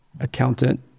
accountant